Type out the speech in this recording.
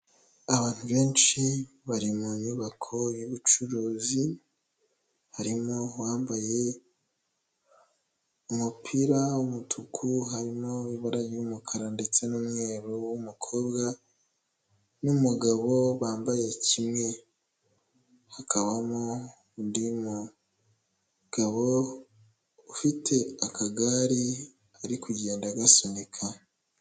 Abantu benshi bari mu nyubako y'ubucuruzi, harimo uwambaye umupira w'umutuku harimo ibara ry'umukara ndetse n'umweru w'umukobwa n'umugabo bambaye kimwe, hakabamo undi mugabo ufite akagare ari kugenda agasunika.